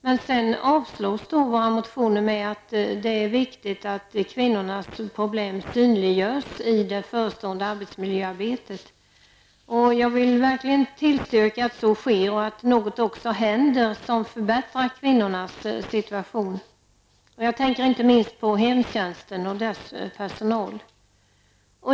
Men sedan avstyrks våra motioner med att det är viktigt att kvinnornas problem synliggörs i det förestående arbetsmiljöarbetet. Jag vill verkligen tillstyrka att så sker och att något ocskå händer som förbättrar kvinnornas situation. Jag tänker inte minst på hemtjänsten och dess personal.